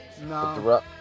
no